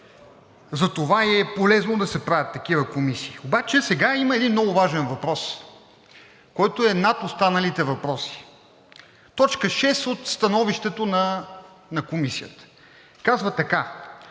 затова е и полезно да се правят такива комисии. Обаче сега има един много важен въпрос, който е над останалите въпроси – точка 6 от Становището на Комисията казва така: